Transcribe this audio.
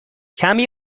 کمی